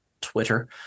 Twitter